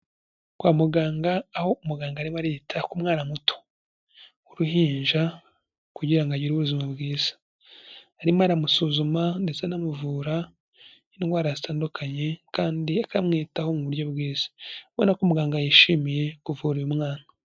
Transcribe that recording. Kwa muganga aho umuganga arimo arita ku mwana muto w'uruhinja kugira ngo agire ubuzima bwiza. Arimo aramusuzuma ndetse anamuvura n'indwara zitandukanye kandi akamwitaho mu buryo bwiza. Urabona ko muganga yishimiye kuvura uyu mwana.